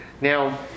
Now